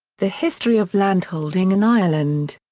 the history of landholding in ireland.